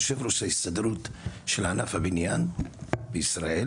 יושב ראש ההסתדרות של אגף הבניין בישראל,